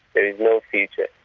there is no future.